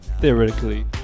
Theoretically